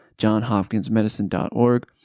johnhopkinsmedicine.org